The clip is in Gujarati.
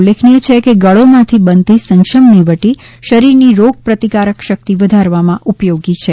ઉલ્લેખનીય છે કે ગળોમાંથી બનતી સંશમની વટી શરીરની રોગપ્રતિકારક શક્તિ વધારવામાં ઉપયોગી છે